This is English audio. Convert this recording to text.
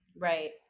Right